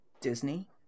Disney